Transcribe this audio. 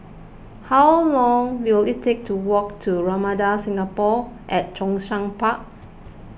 how long will it take to walk to Ramada Singapore at Zhongshan Park